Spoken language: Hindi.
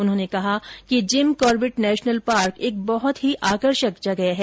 उन्होंने कहा कि जिमकॉर्बेट नेशनल पार्क एक बहुत ही आकर्षक जगह है